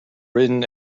written